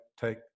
take